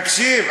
תקשיב.